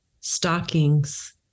stockings